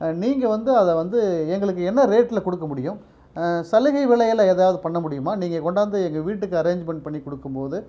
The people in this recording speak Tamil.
நீங்கள் வந்து அதை வந்து எங்களுக்கு என்ன ரேட்டில் கொடுக்க முடியும் சலுகை விலையில் எதாவது பண்ண முடியுமா நீங்கள் கொண்டாந்து எங்கள் வீட்டுக்கு அரேஞ்ச்மெண்ட் பண்ணி கொடுக்கும் போது